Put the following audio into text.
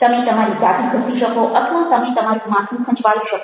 તમે તમારી દાઢી ઘસી શકો અથવા તમે તમારું માથું ખંજવાળી શકો